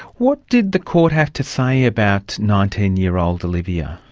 what did the court have to say about nineteen year old olivia?